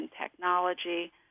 technology